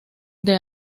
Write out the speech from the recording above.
del